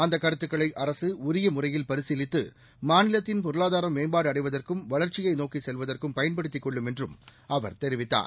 அந்தக் கருத்துக்களை அரசு உரிய முறையில் பரிசீலித்து மாநிலத்தின் பொருளாதாரம் மேம்பாடு அடைவதற்கும் வளர்ச்சியை நோக்கிச் செல்வதற்கும் பயன்படுத்திக் கொள்ளும் என்றும் அவர் தெரிவித்தார்